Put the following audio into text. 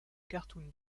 cartoon